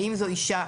האם זו אישה,